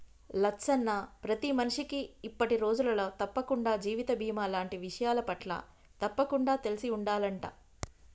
లచ్చన్న ప్రతి మనిషికి ఇప్పటి రోజులలో తప్పకుండా జీవిత బీమా లాంటి విషయాలపట్ల తప్పకుండా తెలిసి ఉండాలంట